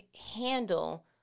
handle